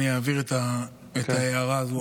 אני אעביר את ההערה הזו הלאה.